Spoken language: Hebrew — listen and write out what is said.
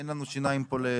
אין לנו שיניים פה.